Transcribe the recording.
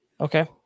Okay